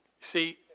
See